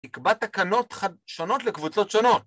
תקבע תקנות שונות לקבוצות שונות.